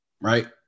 right